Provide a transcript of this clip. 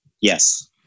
yes